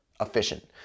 efficient